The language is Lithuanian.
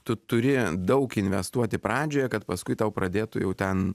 tu turi daug investuoti pradžioje kad paskui tau pradėtų jau ten